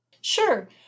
Sure